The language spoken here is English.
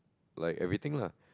like everything lah